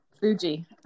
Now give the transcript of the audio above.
Fuji